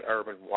Urban